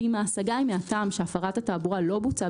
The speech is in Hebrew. ואם ההשגה היא מהטעם שהפרת התעבורה לא בוצעה